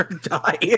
Die